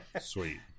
sweet